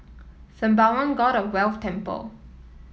Sembawang God of Wealth Temple